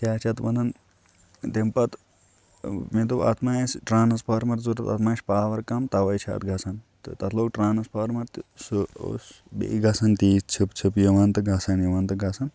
کیٛاہ چھِ اَتھ وَنان تمہِ پَتہٕ مےٚ دوٚپ اَتھ ما آسہِ ٹرٛانٕسفارمَر ضوٚرَتھ اَتھ ما چھِ پاوَر کَم تَوَے چھِ اَتھ گژھان تہٕ تَتھ لوٚگ ٹرٛانٕسفارمَر تہٕ سُہ اوس بیٚیہِ گژھان تی ژھِپ ژھِپ یِوان تہٕ گژھان یِوان تہٕ گژھان